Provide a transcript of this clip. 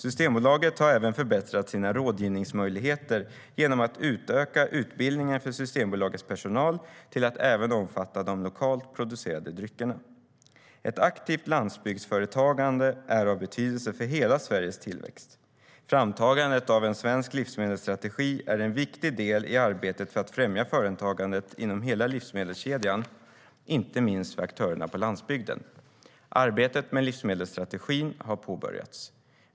Systembolaget har även förbättrat sina rådgivningsmöjligheter genom att utöka utbildningen för Systembolagets personal till att även omfatta de lokalt producerade dryckerna. Ett aktivt landsbygdsföretagande är av betydelse för hela Sveriges tillväxt. Framtagandet av en svensk livsmedelsstrategi är en viktig del i arbetet för att främja företagandet inom hela livsmedelskedjan, inte minst för aktörerna på landsbygden. Arbetet med livsmedelsstrategin har påbörjats.